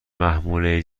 محموله